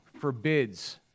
Forbids